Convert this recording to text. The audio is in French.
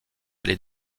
les